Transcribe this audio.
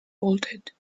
bolted